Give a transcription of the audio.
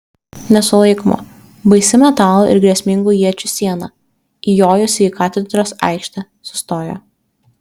nesulaikoma baisi metalo ir grėsmingų iečių siena įjojusi į katedros aikštę sustojo